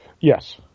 Yes